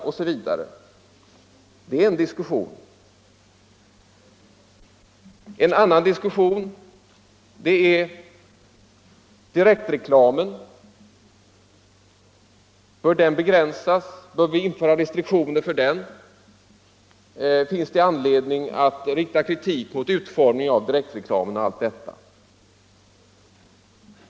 Om det kan man ha en diskussion. En annan diskussion gäller direktreklamen. Bör den begränsas? Bör vi införa restriktioner för den? Finns det anledning att rikta kritik mot utformningen av direktreklamen?